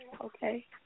okay